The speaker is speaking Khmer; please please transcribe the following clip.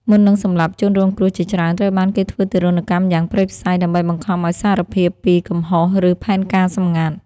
មុននឹងសម្លាប់ ជនរងគ្រោះជាច្រើនត្រូវបានគេធ្វើទារុណកម្មយ៉ាងព្រៃផ្សៃ ដើម្បីបង្ខំឱ្យសារភាពពី "កំហុស" ឬ "ផែនការសម្ងាត់" ។